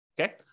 Okay